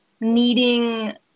needing